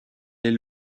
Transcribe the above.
les